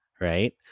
right